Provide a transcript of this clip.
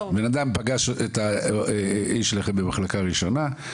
בן אדם פגש את האיש שלכם במחלקה ראשונה,